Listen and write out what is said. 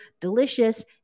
delicious